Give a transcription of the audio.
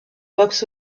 box